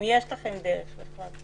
אם יש לכם דרך בכלל.